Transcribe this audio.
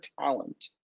talent